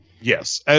Yes